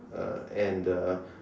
uh and the